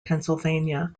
pennsylvania